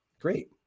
great